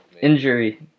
Injury